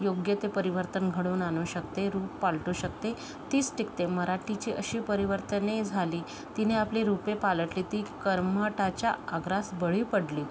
योग्य ते परिवर्तन घडवून आणू शकते रूप पालटू शकते तीस टिकते मराठीची अशी परिवर्तने झाली तिने आपली रूपे पालटली ती कर्मठाच्या आग्रहास बळी पडली